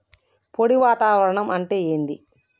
పొడి వాతావరణం అంటే ఏంది?